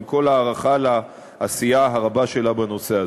עם כל ההערכה לעשייה הרבה שלה בנושא הזה.